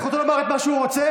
וזכותו לומר את מה שהוא רוצה,